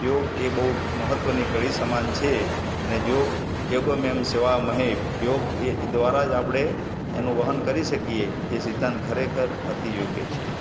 યોગ એ બહુ મહત્ત્વની કડી સમાન છે અને યોગ યગમ્યમ સેવા મહે યોગ એ દ્વારા જ આપણે એનું વહન કરી શકીએ એ સિદ્ધાંત ખરેખર અતિ યોગ્ય છે